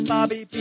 Bobby